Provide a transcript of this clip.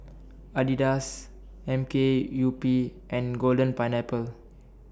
Adidas M K U P and Golden Pineapple